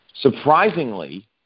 Surprisingly